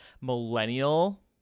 millennial